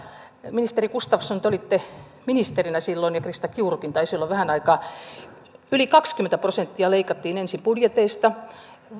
ministeri gustafsson te olitte ministerinä silloin ja krista kiurukin taisi olla vähän aikaa ammattikorkeakouluilta leikattiin yli kaksikymmentä prosenttia ensin budjeteista